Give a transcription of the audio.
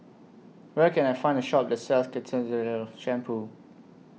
Where Can I Find A Shop that sells Ketoconazole Shampoo